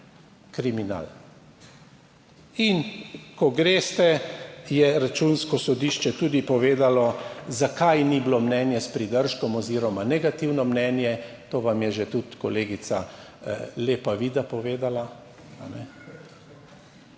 kriminal in, ko greste, je Računsko sodišče tudi povedalo zakaj ni bilo mnenje s pridržkom oziroma negativno mnenje. To vam je že tudi kolegica, Lepa Vida povedala,